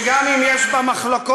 שגם אם יש בה מחלוקות,